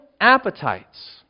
appetites